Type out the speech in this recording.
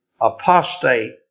apostate